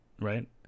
Right